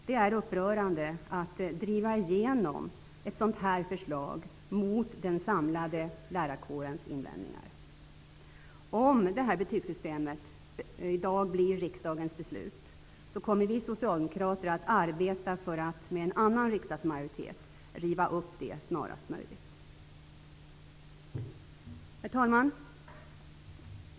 Det är upprörande att driva igenom ett sådant förslag mot den samlade lärarkårens invändningar. Om införandet av detta betygssystem i dag blir riksdagens beslut, kommer vi socialdemokrater att arbeta för att med en annan riksdagsmajoritet riva upp detta beslut snarast möjligt. Herr talman!